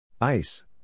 ice